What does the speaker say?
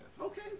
Okay